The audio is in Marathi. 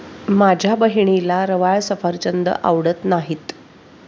माझ्या बहिणीला रवाळ सफरचंद आवडत नाहीत